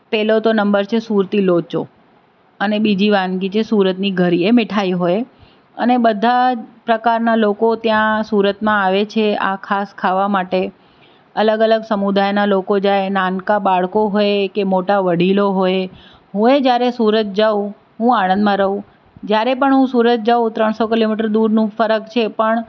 પહેલો તો નંબર છે સુરતી લોચો અને બીજી વાનગી છે સુરતની ઘારી એ મીઠાઇ હોય અને બધા જ પ્રકારનાં લોકો ત્યાં સુરતમાં આવે છે આ ખાસ ખાવા માટે અલગ અલગ સમુદાયનાં લોકો જાય નાનકા બાળકો હોય કે મોટા વડીલો હોય હુંએ જ્યારે સુરત જાઉં હું આણંદમા રહું જ્યારે પણ હું સુરત જાઉં ત્રણસો કિલોમીટર દૂરનું ફરક છે પણ